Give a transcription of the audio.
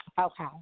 Okay